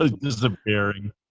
disappearing